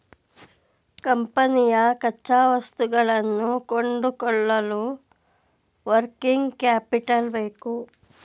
ಕಂಪನಿಯ ಕಚ್ಚಾವಸ್ತುಗಳನ್ನು ಕೊಂಡುಕೊಳ್ಳಲು ವರ್ಕಿಂಗ್ ಕ್ಯಾಪಿಟಲ್ ಬೇಕು